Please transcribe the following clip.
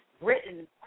written